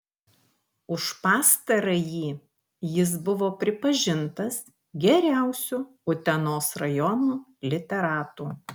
už pastarąjį jis buvo pripažintas geriausiu utenos rajono literatu